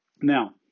Now